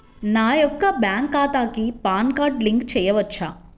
నా యొక్క బ్యాంక్ ఖాతాకి పాన్ కార్డ్ లింక్ చేయవచ్చా?